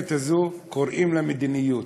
המכוונת הזו קוראים מדיניות.